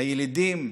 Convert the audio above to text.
הילידים,